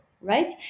right